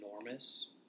enormous